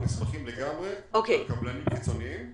אנחנו נסמכים לגמרי על קבלנים חיצוניים.